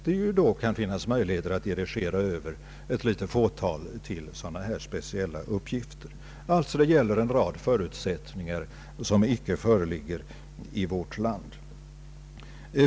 Det kan alltså finnas möjligheter att dirigera över ett litet fåtal till dylika speciella uppgifter. I dessa länder finns således en rad förutsättningar som icke föreligger i vårt land.